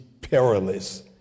perilous